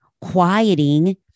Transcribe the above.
quieting